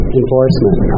enforcement